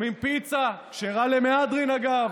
חוסמים פיצה, כשרה למהדרין, אגב.